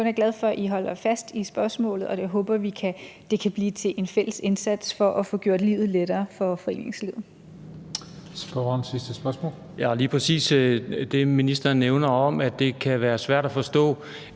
kun er glad for at I holder fast i, og jeg håber, at det kan blive til en fælles indsats for at få gjort livet lettere for foreningslivet.